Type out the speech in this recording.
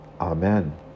Amen